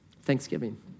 Thanksgiving